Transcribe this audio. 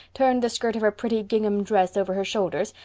turned the skirt of her pretty gingham dress over her shoulders,